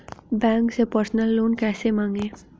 Bank से personal loan कैसे मांगें?